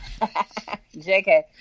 JK